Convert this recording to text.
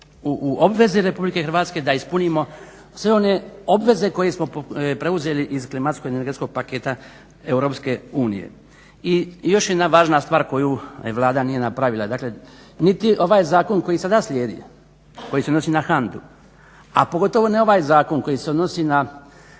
u obvezi RH da ispunimo sve one obveze koje smo preuzeli iz klimatsko-energetskog paketa EU. I još jedna važna stvar koju Vlada nije napravila. Dakle, niti ovaj zakon koji sada slijedi, koji se odnosi na HANDU, a pogotovo ne ovaj zakon koji se odnosi na